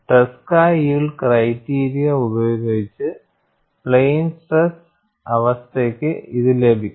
Tresca yield criteria ഉപയോഗിച്ച് plane stress അവസ്ഥയ്ക്ക് ഇത് ലഭിക്കും